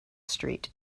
street